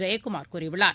ஜெயக்குமார் கூறியுள்ளார்